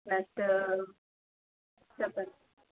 next చెప్పండి